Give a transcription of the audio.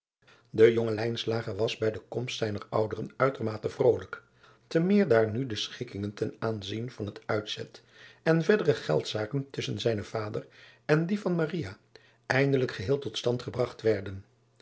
e jonge was bij de komst zijner ouderen uitermate vrolijk e meer daar nu de schikkingen ten aanzien van het uitzet en verdere geldzaken tusschen zijnen vader en die van eindelijk geheel tot stand gebragt werden